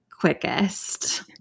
quickest